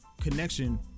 connection